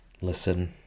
Listen